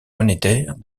monétaire